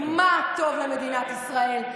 אתם כמו עופר כסיף.